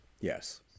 Yes